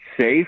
safe